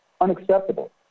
unacceptable